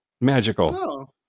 magical